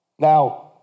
Now